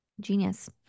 Genius